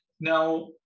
Now